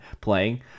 playing